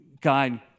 God